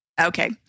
Okay